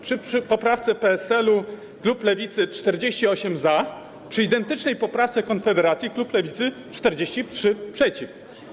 Przy poprawce PSL-u klub lewicy - 48 za, przy identycznej poprawce Konfederacji klub lewicy - 43 przeciw.